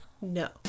No